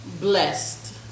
Blessed